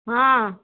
ହଁ